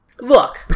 Look